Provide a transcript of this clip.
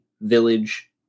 village